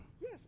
Yes